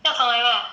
要重来吗